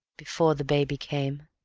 before the baby came.